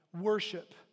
worship